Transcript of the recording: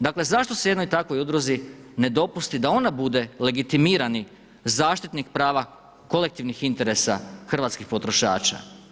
Dakle zašto je se jednoj takvoj udruzi ne dopusti da ona bude legitimirani zaštitnik prava kolektivnih interesa hrvatskih potrošača?